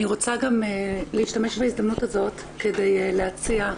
אני רוצה גם להשתמש בהזדמנות הזאת כדי להציע,